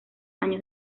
años